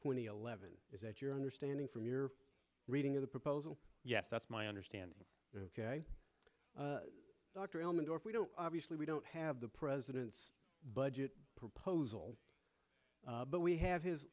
twenty eleven is that your understanding from your reading of the proposal yes that's my understanding ok dr elmendorf we don't obviously we don't have the president's budget proposal but we have his